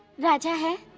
raja!